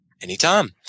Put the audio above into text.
Anytime